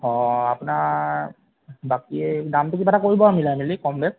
অ আপোনাৰ বাকী দামটো কিবা এটা কৰিব আৰু মিলাই মেলি কম বেছ